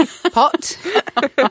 pot